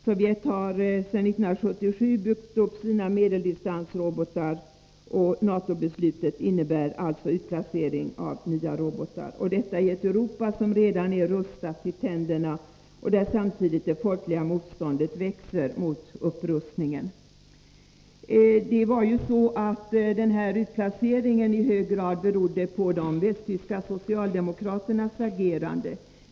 Sovjet har sedan 1977 byggt upp sina medelsdistansrobotar, och NATO-beslutet innebär alltså en utplacering av nya robotar — detta i ett Europa som redan är rustat till tänderna och där samtidigt det folkliga motståndet växer mot upprustningen. Utplaceringen berodde i hög grad på de västtyska socialdemokraternas agerande.